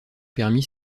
permis